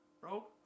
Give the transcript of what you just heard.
Bro